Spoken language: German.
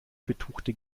betuchte